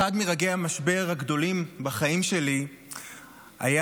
אחד מרגעי המשבר הגדולים בחיים שלי היה